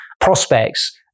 prospects